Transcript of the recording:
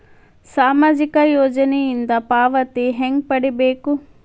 ಸಾಮಾಜಿಕ ಯೋಜನಿಯಿಂದ ಪಾವತಿ ಹೆಂಗ್ ಪಡಿಬೇಕು?